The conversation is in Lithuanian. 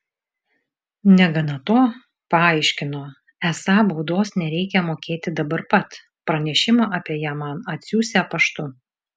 negana to paaiškino esą baudos nereikią mokėti dabar pat pranešimą apie ją man atsiųsią paštu